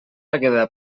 àgueda